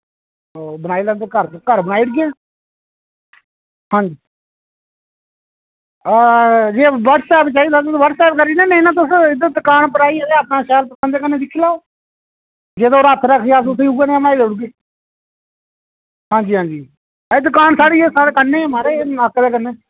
ओह् बनाई लैंदे घर बनाई ओड़गे हां जी जे व्हाट्सएप चाहिदा तुसेंगी व्हाट्सएप करी ओड़ने आं नेईं तां तुस इद्धर दकान उप्पर आइयै ते अपना शैल पसंद कन्नै दिक्खी लैओ जेह्दे उप्पर हत्थ रखगे अस उ'ऐ नेही बनाई देई ओड़गे हां जी हां जी एह् दकान साढ़ी ऐ साढ़े कन्नै गै महाराज एह् नाके दे कन्नै